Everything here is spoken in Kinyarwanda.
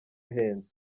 ahenze